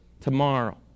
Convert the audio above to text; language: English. tomorrow